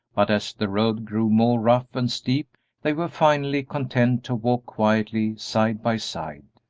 but as the road grew more rough and steep they were finally content to walk quietly side by side.